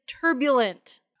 turbulent